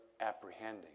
apprehending